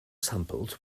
sampled